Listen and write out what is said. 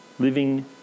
Living